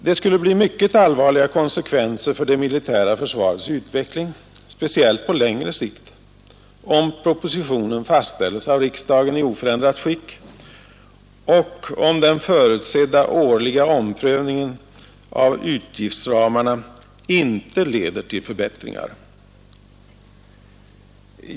Det skulle bli mycket allvarliga konsekvenser för det militära försvarets utveckling, speciellt på längre sikt, om propositionen fastställes av riksdagen i oförändrat skick och om den förutsedda årliga omprövningen av utgiftsramarna inte leder till förbättringar.